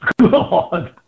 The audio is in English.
God